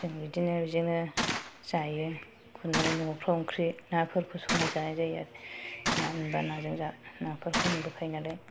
जों बिदिनो बेजोंनो जायो गुरनानै न'फ्राव ओंख्रि नाफोरखौ संनानै जानाय जायो ना मोनब्ला नाजों जा नाफोरखौ मोनबो खायो नालाय